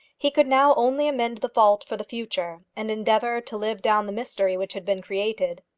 he could now only amend the fault for the future, and endeavour to live down the mystery which had been created.